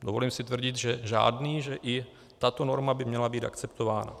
Dovolím si tvrdit, že žádný, že i tato norma by měla být akceptována.